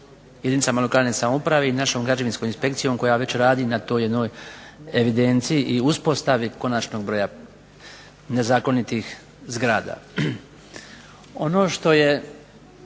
jedinicama lokalne samouprave i našom građevinskom inspekcijom koja već radi na toj jednoj evidenciji i uspostavi konačnog broja nezakonitih zgrada. Ono što je